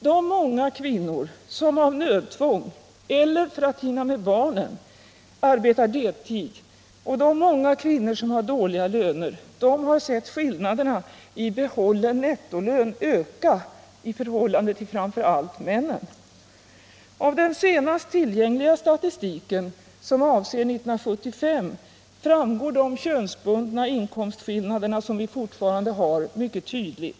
De många kvinnor som av nödtvång eller för att hinna med barnen arbetar deltid och de många kvinnor som har dåliga löner, de har sett skillnaderna i behållen nettolön öka i förhållande till framför allt männen. Av den senast tillgängliga statistiken, som avser 1975, framgår de könsbundna inkomstskillnader som vi fortfarande har mycket tydligt.